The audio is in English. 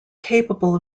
capable